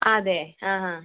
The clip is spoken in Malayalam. അതെ ആ ഹാ